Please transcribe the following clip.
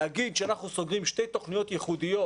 להגיד שאנחנו סוגרים שתי תוכניות ייחודיות